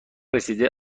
رسیده